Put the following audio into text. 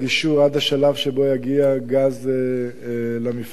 עד השלב שבו יגיע גז למפעל הזה,